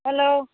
hello